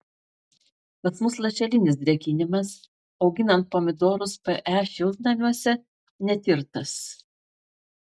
pas mus lašelinis drėkinimas auginant pomidorus pe šiltnamiuose netirtas